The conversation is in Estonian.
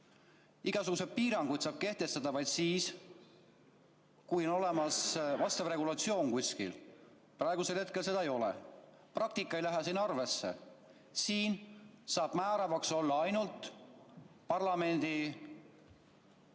Igasuguseid piiranguid saab kehtestada vaid siis, kui kuskil on olemas vastav regulatsioon. Praegusel hetkel seda ei ole. Praktika ei lähe siin arvesse. Siin saab määravaks olla ainult parlamendi